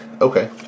Okay